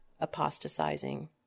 apostatizing